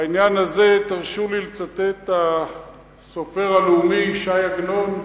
בעניין הזה תרשו לי לצטט את הסופר הלאומי ש"י עגנון,